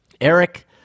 Eric